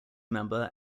member